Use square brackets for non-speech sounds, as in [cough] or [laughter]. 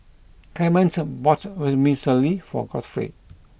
[noise] Clement bought Vermicelli for Godfrey